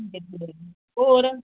होर